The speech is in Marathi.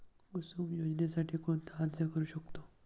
कुसुम योजनेसाठी कोण अर्ज करू शकतो?